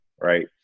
right